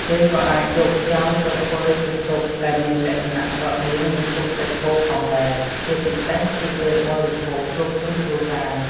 គេក៏អាចយកខ្យងទៅធ្វើជាស៊ុបដែលមានលក្ខណៈស្រដៀងនឹងស៊ុបសាច់គោផងដែរ ជាពិសេសគឺពេលបរិភោគជួបជុំគ្រួសារ។